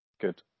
Good